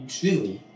truly